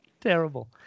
terrible